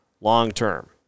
long-term